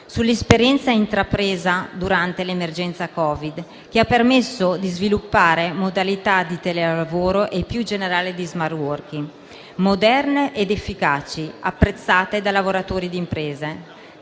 sull'esperienza intrapresa durante l'emergenza da Covid-19, che ha permesso di sviluppare modalità di telelavoro e, più in generale, di *smart working* moderne ed efficaci, apprezzate da lavoratori e imprese.